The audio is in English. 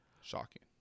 Shocking